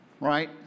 right